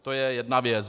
To je jedna věc.